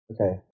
Okay